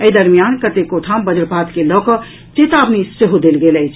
एहि दरमियान कतेको ठाम वजपात के लऽ कऽ चेतावनी सेहो देल गेल अछि